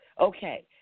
Okay